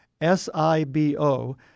S-I-B-O